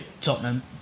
Tottenham